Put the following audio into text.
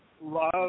love